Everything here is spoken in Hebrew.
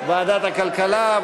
ועדת הכלכלה.